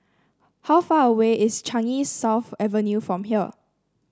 how far away is Changi South Avenue from here